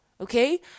Okay